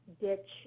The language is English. ditch